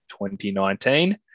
2019